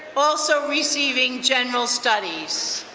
also receiving general studies.